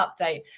update